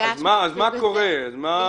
מה קורה עם זה?